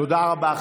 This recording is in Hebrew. תודה רבה.